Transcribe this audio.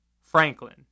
Franklin